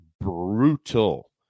brutal